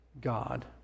God